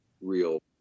real